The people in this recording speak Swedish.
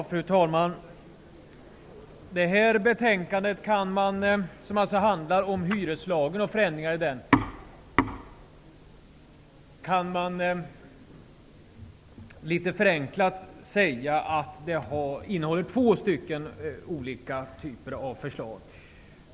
Fru talman! Det här betänkandet, som handlar om hyreslagen och förändringar i den, kan man litet förenklat säga innehåller två typer av förslag.